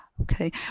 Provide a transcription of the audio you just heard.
Okay